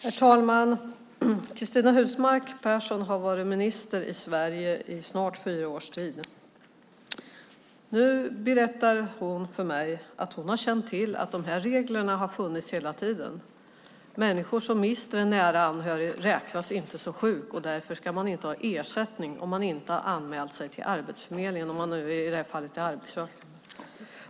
Herr talman! Cristina Husmark Pehrsson har varit minister i Sverige i snart fyra års tid. Nu berättar hon för mig att hon har känt till att de här reglerna har funnits hela tiden. Människor som mister en nära anhörig räknas inte som sjuka, och därför ska man inte ha ersättning om man nu, som i det här fallet, är arbetssökande.